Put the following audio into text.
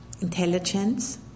intelligence